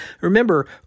Remember